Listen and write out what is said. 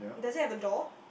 does it have a door